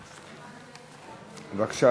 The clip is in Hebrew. בבקשה,